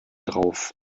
drauf